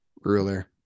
ruler